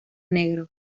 negro